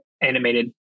animated